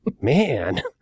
Man